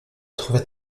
trouvait